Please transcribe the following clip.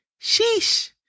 Sheesh